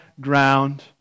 ground